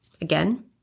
Again